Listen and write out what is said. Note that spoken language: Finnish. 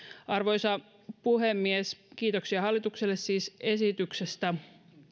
arvoisa puhemies kiitoksia hallitukselle siis esityksestä